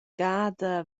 gada